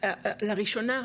לראשונה,